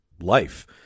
life